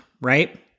right